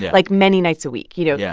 like, many nights a week. you know, yeah